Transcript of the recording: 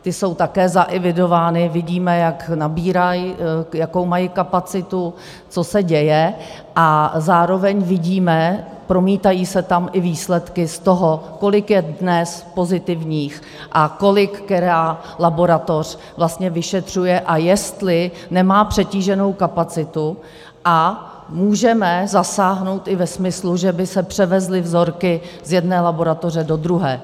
Ta jsou také zaevidována, vidíme, jak nabírají, jakou mají kapacitu, co se děje, a zároveň vidíme, promítají se tam, i výsledky z toho, kolik je dnes pozitivních a kolik která laboratoř vlastně vyšetřuje a jestli nemá přetíženou kapacitu, a můžeme zasáhnout i ve smyslu, že by se převezly vzorky z jedné laboratoře do druhé.